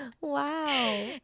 Wow